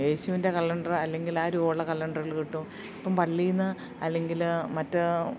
ഏശുവിൻ്റ calendar അല്ലെങ്കിൽ ആരുവോള്ള കലണ്ടറൽ കിട്ടും ഇപ്പം പള്ളീന്ന് അല്ലെങ്കിൽ മറ്റ്